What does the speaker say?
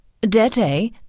Dette